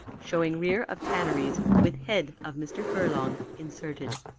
showing rear of tanneries, with head of mr. furlong inserted.